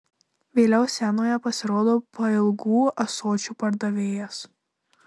vėliau scenoje pasirodo pailgų ąsočių pardavėjas